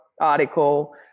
article